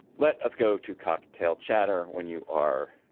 let us go to cocktail chatter. when you are